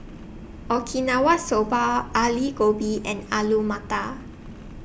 Okinawa Soba Ali Gobi and Alu Matar